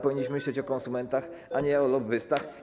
Powinniśmy myśleć o konsumentach, a nie o lobbystach.